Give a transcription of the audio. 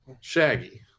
Shaggy